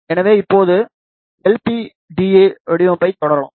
எனவே இப்போது எல்பிடிஏ வடிவமைப்பைத் தொடரலாம்